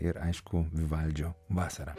ir aišku vivaldžio vasara